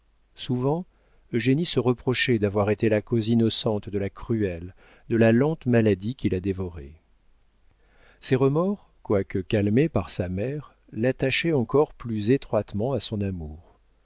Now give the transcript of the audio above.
souvent eugénie se reprochait d'avoir été la cause innocente de la cruelle de la lente maladie qui la dévorait ces remords quoique calmés par sa mère l'attachaient encore plus étroitement à son amour